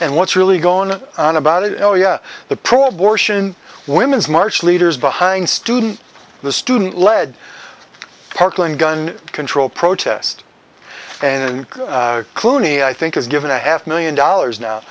and what's really going on about it oh yes the pro abortion women's march leaders behind student the student led parklane gun control protest and clooney i think is given a half million dollars now